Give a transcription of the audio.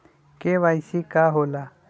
KYC का होला?